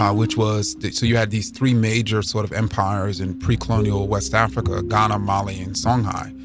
um which was so you had these three major sort of empires in pre-colonia l west africa ghana, mali and songhai.